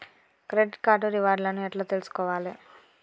Credit card reward లను ఎట్ల తెలుసుకోవాలే?